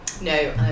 No